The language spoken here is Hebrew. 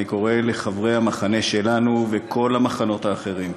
אני קורא לחברי המחנה שלנו וכל המחנות האחרים: